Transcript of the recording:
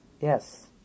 Yes